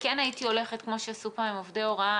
כמו שעשו עם עובדי הוראה,